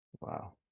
Wow